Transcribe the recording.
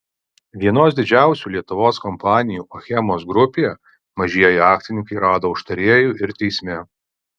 vienos didžiausių lietuvos kompanijų achemos grupė mažieji akcininkai rado užtarėjų ir teisme